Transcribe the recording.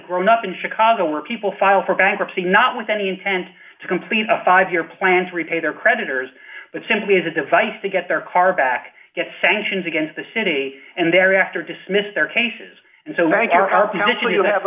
grown up in chicago where people file for bankruptcy not with any intent to complete a five year plan to repay their creditors but simply as a device to get their car back sanctions against the city and thereafter dismiss their cases and so